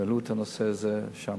והעלו את הנושא הזה שם.